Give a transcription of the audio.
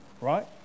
right